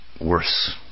worse